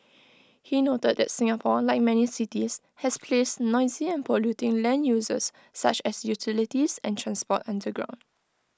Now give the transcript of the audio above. he noted that Singapore like many cities has placed noisy and polluting land uses such as utilities and transport underground